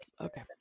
Okay